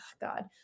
God